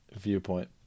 viewpoint